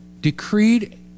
decreed